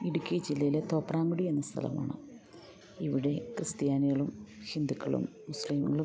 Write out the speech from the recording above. ഇടുക്കി ജില്ലയിലെ തോപ്രാംകുടി എന്ന സ്ഥലമാണ് ഇവിടെ ക്രിസ്ത്യാനികളും ഹിന്ദുക്കളും മുസ്ലീംങ്ങളും